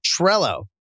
Trello